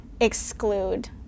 exclude